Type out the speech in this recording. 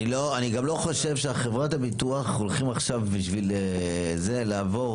אני גם לא חושב שחברות הביטוח הולכים עכשיו בשביל זה לעבור